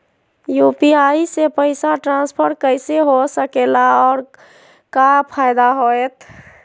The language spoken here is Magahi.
यू.पी.आई से पैसा ट्रांसफर कैसे हो सके ला और का फायदा होएत?